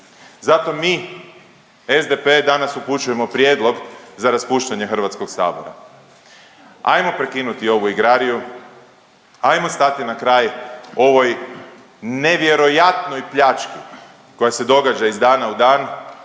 zato mi SDP danas upućujemo prijedlog za raspuštanje Hrvatskog sabora. Hajmo prekinuti ovu igrariju, hajmo stati na kraj ovoj nevjerojatnoj pljački koja se događa iz dana u dan,